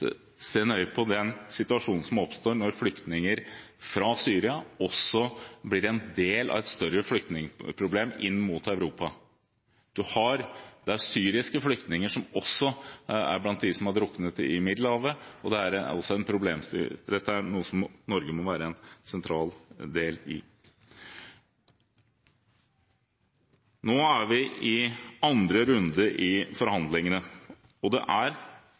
nøye på den situasjonen som oppstår når flyktninger fra Syria blir en del av et større flyktningproblem inn mot Europa – det er syriske flyktninger også blant dem som har druknet i Middelhavet. Dette er noe som Norge må være en sentral del av. Nå er vi i andre runde i forhandlingene, og det